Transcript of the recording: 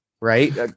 right